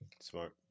Smart